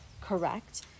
correct